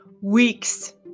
WEEKS